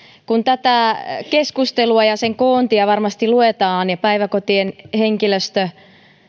kun tätä keskustelua ja sen koontia varmasti luetaan ja päiväkotien henkilöstö